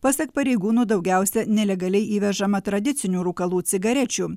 pasak pareigūnų daugiausia nelegaliai įvežama tradicinių rūkalų cigarečių